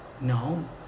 No